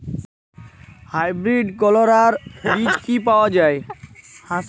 Hybrid করলার বীজ কি পাওয়া যায়?